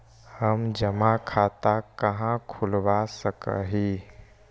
हम जमा खाता कहाँ खुलवा सक ही?